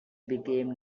became